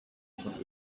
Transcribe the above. von